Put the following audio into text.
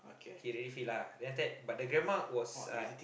he really feel lah then after that the grandma was like